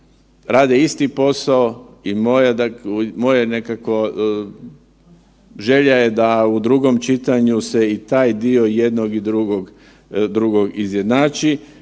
Rade isti posao i moje je nekako želja je da u drugom čitanju se i taj dio jednog i drugog izjednači